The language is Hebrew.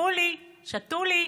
לקחו לי, שתו לי.